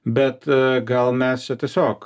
bet gal mes čia tiesiog